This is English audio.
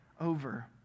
over